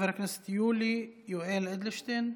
חבר הכנסת יולי יואל אדלשטין,